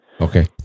Okay